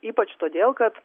ypač todėl kad